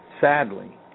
Sadly